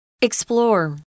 Explore